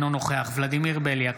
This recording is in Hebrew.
אינו נוכח ולדימיר בליאק,